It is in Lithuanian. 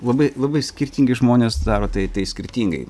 labai labai skirtingi žmonės daro tai tai skirtingai